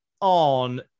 on